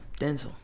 Denzel